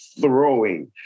Throwing